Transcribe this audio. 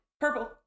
Purple